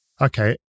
Okay